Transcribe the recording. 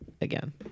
again